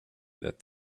that